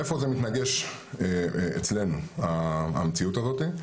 איפה מתנגשת אצלנו המציאות הזאת?